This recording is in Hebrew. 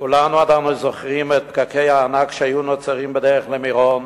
כולנו עדיין זוכרים את פקקי הענק שהיו נוצרים בדרך למירון,